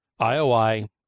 IOI